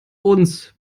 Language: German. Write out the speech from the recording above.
uns